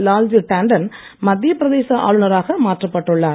லால்ஜி டான்டன் மத்திய பிரதேச ஆளுநராக மாற்றப்பட்டுள்ளார்